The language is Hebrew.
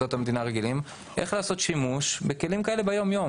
ועובדות המדינה רגילים איך לעשות שימוש בכלים כאלה ביום-יום.